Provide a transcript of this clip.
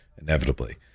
inevitably